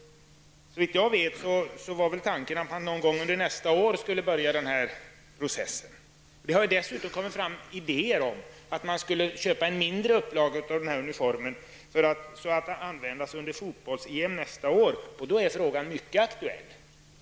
Såvitt jag vet var väl tanken att man skulle börja den här processen någon gång nästa år. Det har dessutom kommit fram idéer om att man skulle köpa en mindre upplaga av uniformen att användas under fotbolls-EM nästa år. I så fall är frågan mycket aktuell.